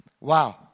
Wow